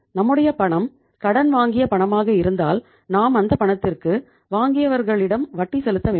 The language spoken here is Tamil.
நம்முடைய பணம் கடன் வாங்கிய பணமாக இருந்தால் நாம் அந்தப் பணத்திற்கு வாங்கியவர்களிடம் வட்டி செலுத்த வேண்டும்